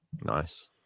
Nice